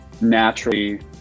naturally